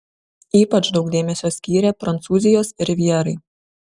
ypač daug dėmesio skyrė prancūzijos rivjerai